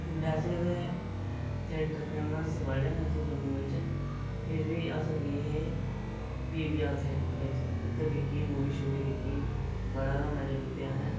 बैसे ते theatre famous बड़े न इत्थै जम्मू बिच फिर बी अस गे हे अपसरा थिएटर बिच उत्थै दिक्खी ही मूवी शूवी दिक्खी ही बड़ा गै मजा लुट्टेआ असें